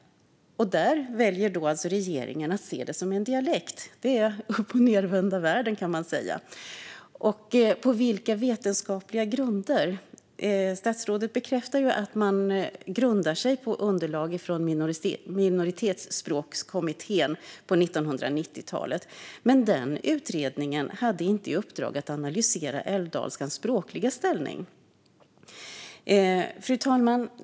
Men regeringen väljer ändå att se älvdalskan som en dialekt. Det är upp och nedvända världen, kan man säga, och på vilka vetenskapliga grunder? Statsrådet bekräftar att man grundar sig på underlag från Minoritetsspråkskommittén på 1990-talet. Men denna utredning hade inte i uppdrag att analysera älvdalskans språkliga ställning. Fru talman!